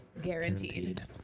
guaranteed